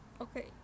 Okay